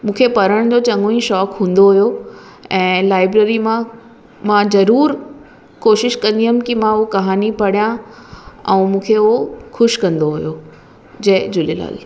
मूंखे पढ़णु जो चङो ई शौंक़ु हूंदो हुयो ऐं लाइब्रेरी मां मां ज़रूरु कोशिशि कंदी हुयमि की मां हू कहाणी पढ़ां ऐं मूंखे हू ख़ुशि कंदो हुयो जय झूलेलाल